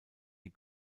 die